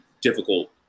difficult